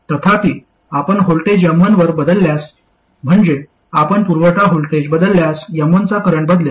तथापि आपण voltage M1 वर बदलल्यास म्हणजे आपण पुरवठा व्होल्टेज बदलल्यास M1 चा करंट बदलेल